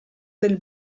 del